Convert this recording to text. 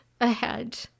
ahead